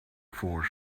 four